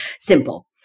simple